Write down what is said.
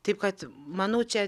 taip kad manau čia